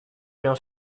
viens